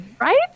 right